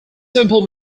simple